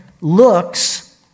looks